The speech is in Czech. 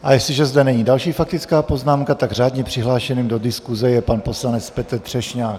A jestliže zde není další faktická poznámka, tak řádně přihlášeným do diskuse je pan poslanec Petr Třešňák.